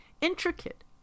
intricate